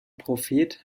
prophet